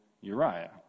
Uriah